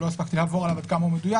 לא הספקתי לעבור עליו עד כמה הוא מדויק